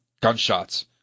gunshots